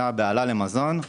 היתה בהלה למזון,